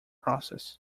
process